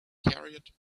carried